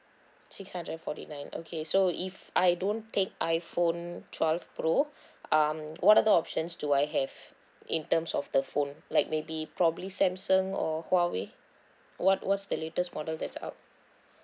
six hundred and forty nine okay so if I don't take iphone twelve pro um what are the options do I have in terms of the phone like maybe probably samsung or huawei what what's the latest model that's out